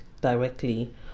directly